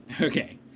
Okay